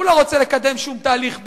הוא לא רוצה לקדם שום תהליך באמת.